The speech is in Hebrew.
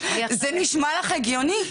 זה נשמע לך הגיוני?